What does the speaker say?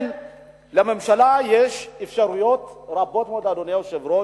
לממשלה יש אפשרויות רבות, אדוני היושב-ראש,